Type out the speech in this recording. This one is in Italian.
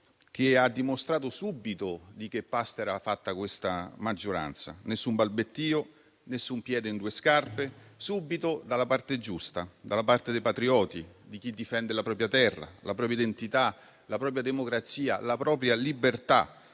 che ha dimostrato subito di che pasta era fatta questa maggioranza: nessun balbettìo, nessun piede in due scarpe, subito dalla parte giusta, dalla parte dei patrioti, di chi difende la propria terra, la propria identità, la propria democrazia, la propria libertà,